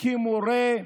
כמורה,